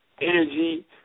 energy